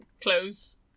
clothes